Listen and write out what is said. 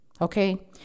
Okay